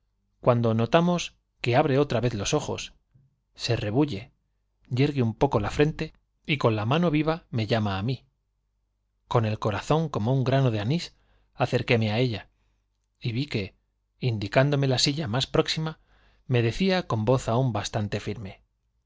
cuando notamos que abre otra vez los ojos se rebulle yergue un poco la frente y con la mano viva me llama á mí con el corazón como un grano de anís acerquéme á ella y vi que indicándome la silla más próxima me decía con voz aún bastante firme